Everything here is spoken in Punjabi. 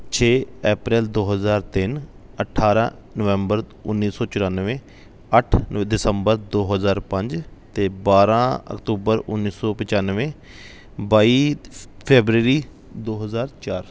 ਛੇ ਐਪ੍ਰਲ ਦੋ ਹਜ਼ਾਰ ਤਿੰਨ ਅਠਾਰਾਂ ਨਵੰਬਰ ਉੱਨੀ ਸੌ ਚੁਰਾਨਵੇਂ ਅੱਠ ਦਸੰਬਰ ਦੋ ਹਜ਼ਾਰ ਪੰਜ ਅਤੇ ਬਾਰਾਂ ਅਕਤੂਬਰ ਉੱਨੀ ਸੌ ਪਚਾਨਵੇਂ ਬਾਈ ਫੈਬਰੇਰੀ ਦੋ ਹਜ਼ਾਰ ਚਾਰ